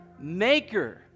Maker